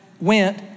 went